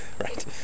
Right